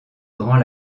grands